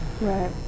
right